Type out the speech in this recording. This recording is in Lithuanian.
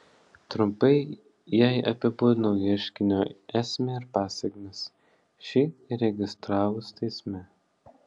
trumpai jai apibūdinau ieškinio esmę ir pasekmes šį įregistravus teisme